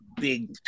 Big